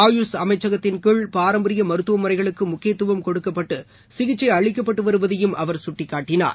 ஆயுஷ் அமைச்சகத்தின் கீழ் பாரம்பரிய மருத்துவ முறைகளுக்கு முக்கியத்துவம் கொடுக்கப்பட்டு சிகிச்சை அளிக்கப்பட்டு வருவதையுயம் அவர் சுட்டிக்காட்டினார்